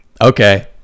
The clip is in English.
okay